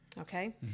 Okay